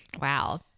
Wow